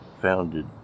founded